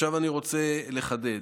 עכשיו, אני רוצה לחדד.